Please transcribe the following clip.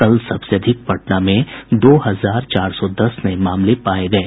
कल सबसे अधिक पटना में दो हजार चार सौ दस नये मामले पाये गये